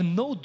no